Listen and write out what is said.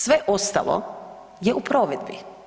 Sve ostalo je u provedbi.